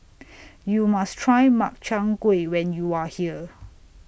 YOU must Try Makchang Gui when YOU Are here